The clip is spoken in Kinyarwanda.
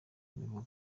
imivugo